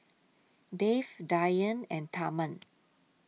Dev Dhyan and Tharman